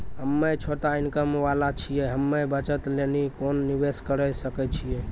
हम्मय छोटा इनकम वाला छियै, हम्मय बचत लेली कोंन निवेश करें सकय छियै?